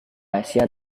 asia